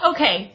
Okay